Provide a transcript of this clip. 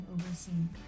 overseen